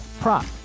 prop